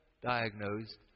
diagnosed